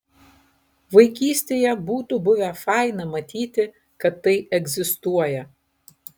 vaikystėje būtų buvę faina matyti kad tai egzistuoja